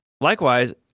Likewise